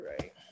right